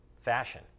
fashion